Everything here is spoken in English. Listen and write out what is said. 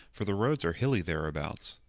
for the roads are hilly thereabouts.